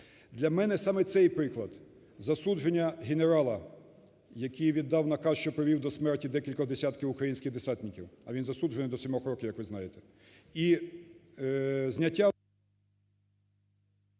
Для мене саме цей приклад – засудження генерала, який віддав наказ, що привів до смерті декількох десятків українських десантників, а він засуджених до 7 років, як ви знаєте,